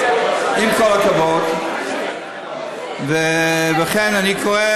עם כל הכבוד, ולכן אני קורא